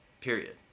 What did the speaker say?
Period